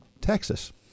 Texas